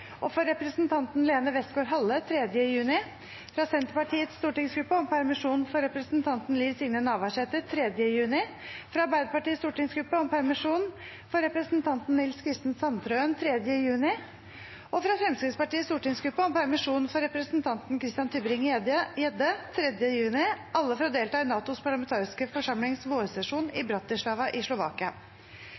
og for representanten Lene Westgaard-Halle 3. juni, fra Senterpartiets stortingsgruppe om permisjon for representanten Liv Signe Navarsete 3. juni, fra Arbeiderpartiets stortingsgruppe om permisjon for representanten Nils Kristen Sandtrøen 3. juni og fra Fremskrittspartiets stortingsgruppe om permisjon for representanten Christian Tybring-Gjedde 3. juni – alle for å delta i NATOs parlamentariske forsamlings vårsesjon i Bratislava i Slovakia